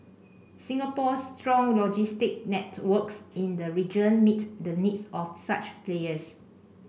Singapore's strong logistics networks in the region meet the needs of such players